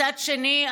מצד שני,